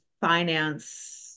finance